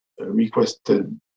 requested